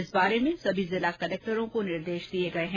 इस बारे में सभी जिला कलेक्टरों को निर्देश दिये गये है